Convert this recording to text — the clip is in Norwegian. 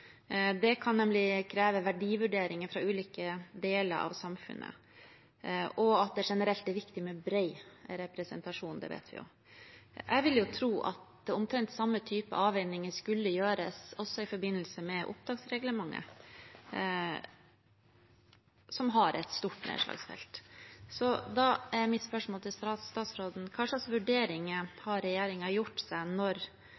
Det kan nemlig kreve «verdivurderinger fra ulike deler av samfunnet». At det generelt er viktig med bred representasjon, vet vi jo. Jeg ville jo tro at omtrent samme type avveininger skulle gjøres også i forbindelse med opptaksreglementet, som har et stort nedslagsfelt. Så da er mitt spørsmål til statsråden: Hva slags vurderinger har regjeringen gjort når